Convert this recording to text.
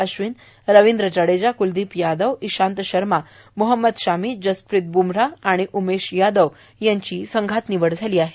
अश्वीन रविंद्र जडेजा क्लदीप यादव ईशांत शर्मा मोहम्मद शमी जसप्रीत ब्मराह आणि उमेश यादव यांची संघात निवड झाली आहे